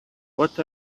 what